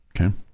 Okay